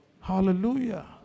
Hallelujah